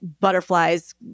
butterflies